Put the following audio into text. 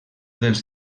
dels